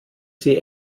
sie